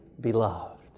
beloved